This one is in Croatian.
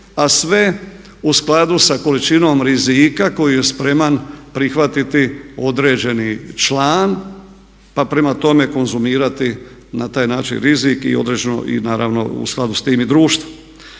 a sve u skladu sa količinom rizika koju je spreman prihvatiti određeni član pa prema tome konzumirati na taj način rizik i naravno u skladu sa time i društvo.